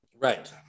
right